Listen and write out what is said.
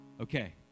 Okay